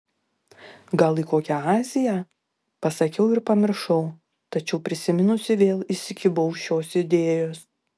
gal į kokią aziją pasakiau ir pamiršau tačiau prisiminusi vėl įsikibau šios idėjos